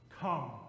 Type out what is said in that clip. come